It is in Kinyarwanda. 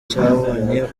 cyabonye